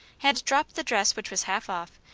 had dropped the dress which was half off,